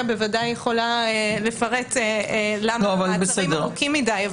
בוודאי יכולה לפרט למה המעצרים ארוכים מדי,